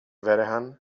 vehrehan